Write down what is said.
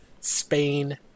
Spain